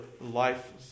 life